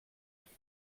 jak